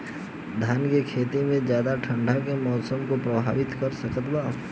धान के खेती में ज्यादा ठंडा के मौसम का प्रभावित कर सकता बा?